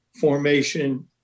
formation